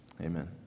Amen